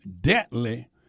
deadly